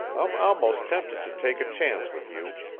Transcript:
i'm almost tempted to take a chance with you.